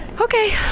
Okay